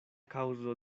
kaŭzo